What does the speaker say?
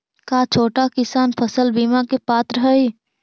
का छोटा किसान फसल बीमा के पात्र हई?